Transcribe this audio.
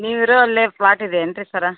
ನೀವು ಇರೋ ಅಲ್ಲಿ ಪ್ಲಾಟ್ ಇದೇನು ರೀ ಸರ್